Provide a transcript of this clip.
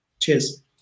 Cheers